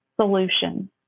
Solution